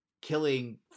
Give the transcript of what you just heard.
killing